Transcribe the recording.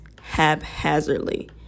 haphazardly